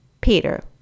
Peter